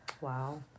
Wow